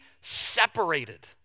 separated